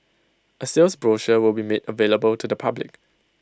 A sales brochure will be made available to the public